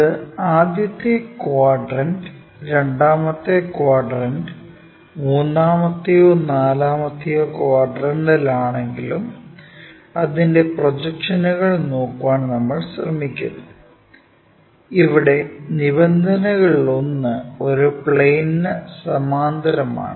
അത് ആദ്യത്തെ ക്വാഡ്രന്റ് രണ്ടാമത്തെ ക്വാഡ്രന്റ് മൂന്നാമത്തെയോ നാലാമത്തെയോ ക്വാഡ്രന്റിലാണെങ്കിലും അതിന്റെ പ്രൊജക്ഷനുകൾ നോക്കാൻ നമ്മൾ ശ്രമിക്കുന്നു ഇവിടെ നിബന്ധനകളിലൊന്ന് ഒരു പ്ലെയിന് സമാന്തരമാണ്